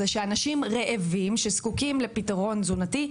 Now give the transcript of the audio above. זה שאנשים רעבים שזקוקים לפתרון תזונתי,